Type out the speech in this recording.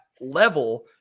level